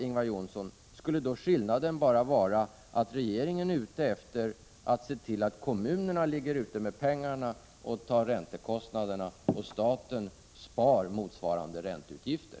Är regeringen då, Ingvar Johnsson, bara ute efter att se till att kommunerna får ligga ute med pengarna och ta räntekostnaderna och att staten sparar in motsvarande ränteutgifter?